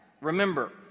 Remember